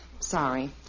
Sorry